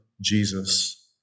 Jesus